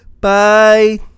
Bye